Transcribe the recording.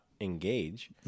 Engage